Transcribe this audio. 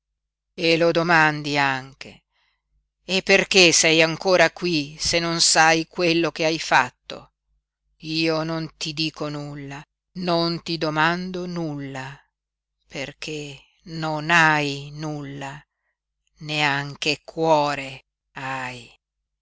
disprezzo e lo domandi anche e perché sei ancora qui se non sai quello che hai fatto io non ti dico nulla non ti domando nulla perché non hai nulla neanche cuore hai